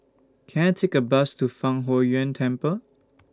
Can I Take A Bus to Fang Huo Yuan Temple